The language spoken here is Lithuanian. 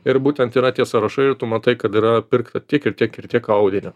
ir būtent yra tie sąrašai ir tu matai kad yra pirkta tiek ir tiek ir tiek audinio